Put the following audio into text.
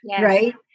right